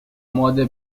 ماده